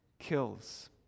Kills